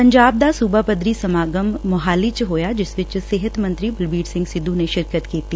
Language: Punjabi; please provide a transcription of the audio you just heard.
ਪੰਜਾਬ ਦਾ ਸੂਬਾ ਪੱਧਰੀ ਸਮਾਗਮ ਮੋਹਾਲੀ ਚ ਹੋਇਆ ਜਿਸ ਵਿਚ ਸਿਹਤ ਮੰਤਰੀ ਬਲਬੀਰ ਸਿੰਘ ਸਿੱਧੂ ਨੇ ਸ਼ਿਰਕਤ ਕੀਤੀ